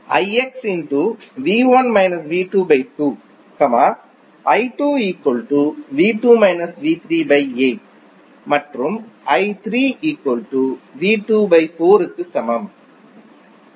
மற்றும் க்கும் சமம்